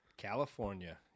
California